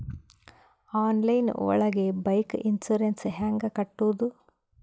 Online ಒಳಗೆ bike insurance ಹ್ಯಾಂಗ್ ಕಟ್ಟುದು?